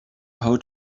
how